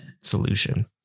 solution